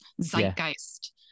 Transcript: zeitgeist